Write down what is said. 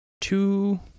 two